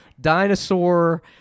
dinosaur